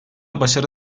başarı